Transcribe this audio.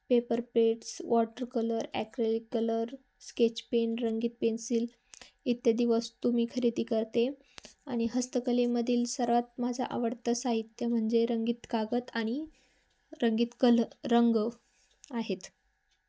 paper paints water colour acrylic colour sketch pen रंगीत pencil इत्यादी वस्तू मी खरेदी करते आणि हस्तकलेमधील सर्वात माझा आवडतं साहित्य म्हणजे रंगीत कागद आणि रंगीत कल रंग आहेत